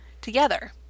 together